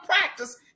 practice